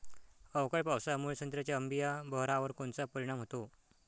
अवकाळी पावसामुळे संत्र्याच्या अंबीया बहारावर कोनचा परिणाम होतो?